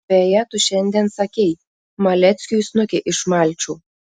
beje tu šiandien sakei maleckiui snukį išmalčiau